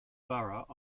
borough